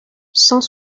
cent